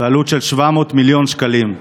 בעלות של 700 מיליון שקלים.